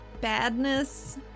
badness